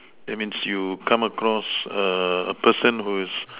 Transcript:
that means you come across a person who's